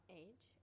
age